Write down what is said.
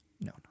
no